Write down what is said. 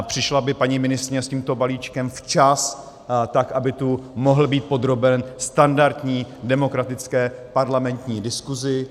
Přišla by paní ministryně s tímto balíčkem včas, tak aby tu mohl být podroben standardní demokratické parlamentní diskusi.